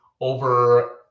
Over